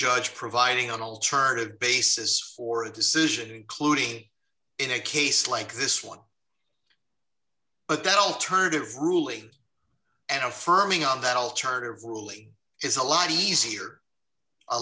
judge providing an alternative basis for a decision including in a case like this one but that alternative ruling and affirming of that alternative ruling is a lot easier a